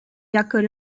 jacques